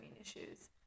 issues